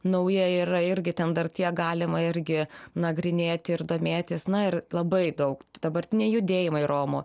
nauja yra irgi ten dar tie galima irgi nagrinėti ir domėtis na ir labai daug dabartiniai judėjimai romų